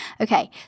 Okay